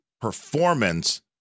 performance